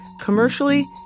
commercially